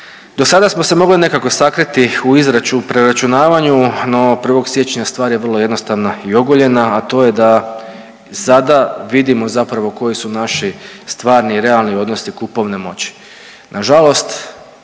Dosada smo se mogli nekako sakriti u izračun, u preračunavanju, no 1. siječnja stvar je vrlo jednostavna i ogoljena, a to je da sada vidimo zapravo koji su naši stvarni i realni odnosi kupovne moći.